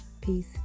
Peace